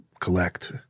collect